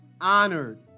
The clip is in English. honored